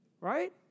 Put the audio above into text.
Right